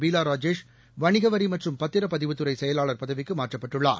பீலா ராஜேஷ் வணிக வரி மற்றும் பத்திரப்பதிவுத்துறை செயலாள் பதவிக்கு மாற்றப்பட்டுள்ளார்